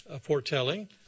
foretelling